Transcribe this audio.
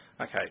Okay